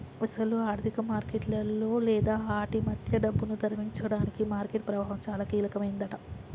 అసలు ఆర్థిక మార్కెట్లలో లేదా ఆటి మధ్య డబ్బును తరలించడానికి మార్కెట్ ప్రభావం చాలా కీలకమైందట